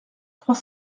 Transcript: trois